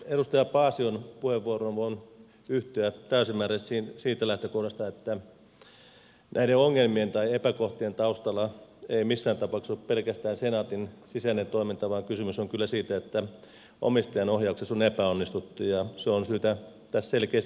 edustaja paasion puheenvuoroon voin yhtyä täysimääräisesti siitä lähtökohdasta että näiden ongelmien tai epäkohtien taustalla ei missään tapauksessa ole pelkästään senaatin sisäinen toiminta vaan kysymys on kyllä siitä että omistajan ohjauksessa on epäonnistuttu ja se on syytä tässä selkeästi todeta